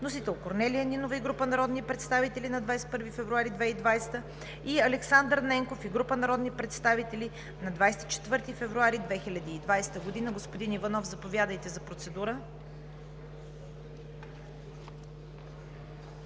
Вносители: Корнелия Нинова и група народни представители, на 21 февруари 2020 г.; Александър Ненков и група народни представители на 24 февруари 2020 г. Господин Иванов, заповядайте за процедура.